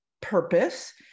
purpose